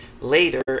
later